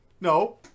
No